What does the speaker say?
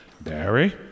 Barry